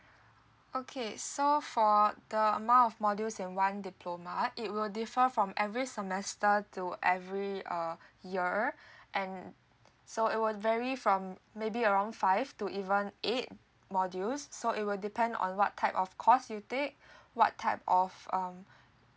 okay so for the amount of modules in one diploma it will differ from every semester to every uh year and so it will vary from maybe around five to even eight modules so it will depend on what type of course you pick what type of um